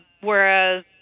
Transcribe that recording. Whereas